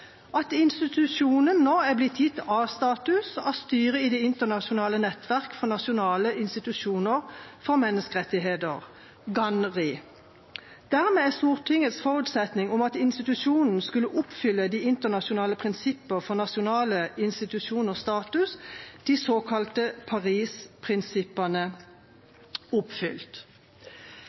at institusjonen nå har blitt gitt A-status av styret i det internasjonale nettverk for nasjonale institusjoner for menneskerettigheter, GANHRI. Dermed er Stortingets forutsetning om at institusjonen skulle oppfylle de internasjonale prinsipper for nasjonale institusjoners status, de såkalte Paris-prinsippene, oppfylt.